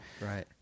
Right